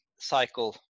cycle